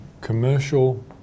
commercial